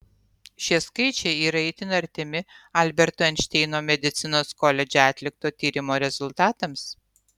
šie skaičiai yra itin artimi alberto einšteino medicinos koledže atlikto tyrimo rezultatams